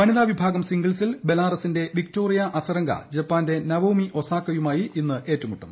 വനിതാ വിഭാഗം സിംഗിൾസിൽ ബെലാറസിന്റെ വിക്ടോറിയ അസരങ്ക ജപ്പാന്റെ നവോമി ഒസാക്കയുമായി ഇന്ന് ഏറ്റുമുട്ടും